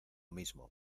mismo